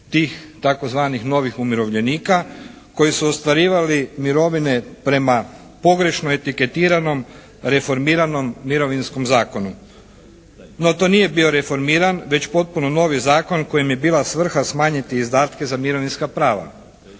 tih tzv. novih umirovljenika koji su ostvarivali mirovine prema pogrešno etiketiranom reformiranom mirovinskom zakonu. No to nije bio reformiran već potpuno novi zakon kojem je bila svrha smanjiti izdatke za mirovinska prava.